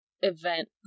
event